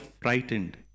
frightened